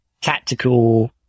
tactical